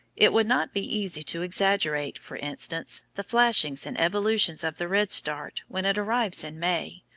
it would not be easy to exaggerate, for instance, the flashings and evolutions of the redstart when it arrives in may,